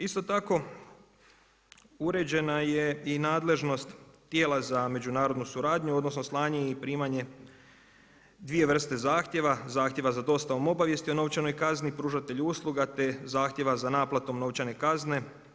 Isto tako uređena je i nadležnost tijela za međunarodnu sudaranju odnosno slanje i primanje dvije vrste zahtjeva, zahtjeva za dostavom obavijesti o novčanoj kazni pružatelju usluga, te zahtjeva za naplatom novčane kazne.